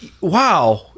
Wow